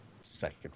Second